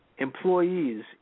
employees